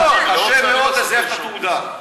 אבל קשה מאוד לזייף את התעודה.